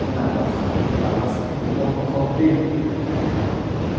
nervous নাৰ্ভাছকিটো মোৰ প্ৰথমতেই আহি পৰে